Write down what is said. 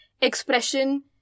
expression